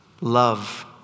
Love